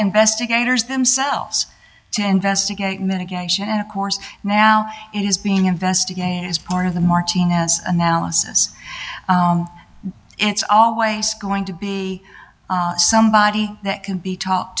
investigators themselves to investigate men again and of course now it is being investigated as part of the martinez analysis it's always going to be somebody that can be ta